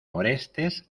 orestes